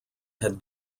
had